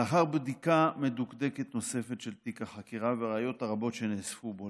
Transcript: לאחר בדיקה מדוקדקת נוספת של תיק החקירה והראיות הרבות שנאספו בו,